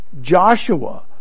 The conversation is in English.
Joshua